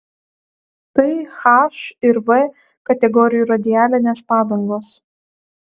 tai h ir v kategorijų radialinės padangos